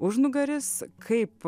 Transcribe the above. užnugaris kaip